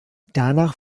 danach